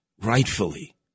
rightfully